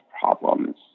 problems